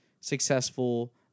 successful